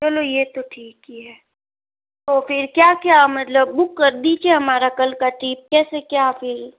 चलो यह तो ठीक ही है तो फिर क्या क्या मतलब बुक कर दीजिए हमारा कल का ट्रिप कैसे क्या फिर